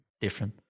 different